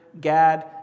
Gad